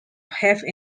have